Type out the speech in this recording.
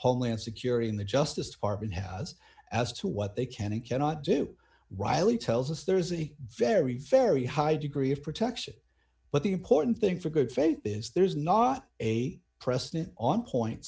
homeland security in the justice department has as to what they can and cannot do riley tells us there's a very very high degree of protection but the important thing for good faith is there's not a precedent on point